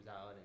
out